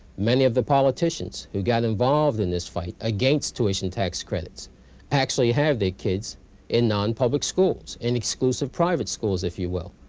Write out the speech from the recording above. many of the politicians who got involved in this fight against tuition tax credits actually have their kids in non-public schools in exclusive private schools if you will.